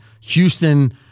Houston